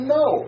no